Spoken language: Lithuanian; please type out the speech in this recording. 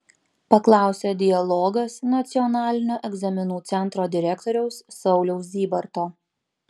paklausė dialogas nacionalinio egzaminų centro direktoriaus sauliaus zybarto